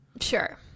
Sure